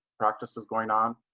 practice is going on.